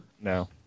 No